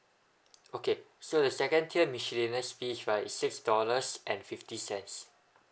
okay so the second tier miscellaneous fees right six dollars and fifty cents